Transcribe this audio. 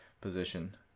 position